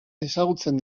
ezagutzen